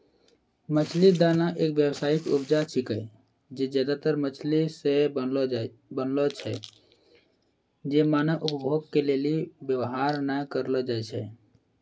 मछली दाना एक व्यावसायिक उपजा छिकै जे ज्यादातर मछली से बनलो छै जे मानव उपभोग के लेली वेवहार नै करलो जाय छै